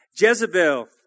Jezebel